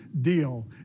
deal